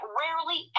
rarely